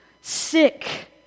sick